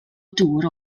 dŵr